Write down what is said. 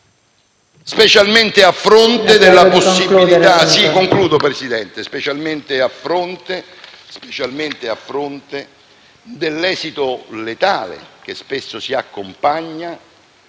...specialmente a fronte dell'esito letale, che spesso si accompagna